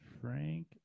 Frank